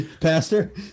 pastor